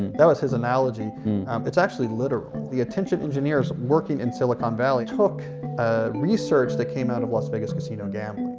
that was his analogy it's actually literally the attention engineers working in silicon valley took ah research that came out of las vegas casino game